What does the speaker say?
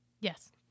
Yes